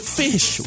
fish